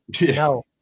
no